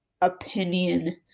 opinion